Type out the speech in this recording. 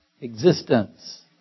existence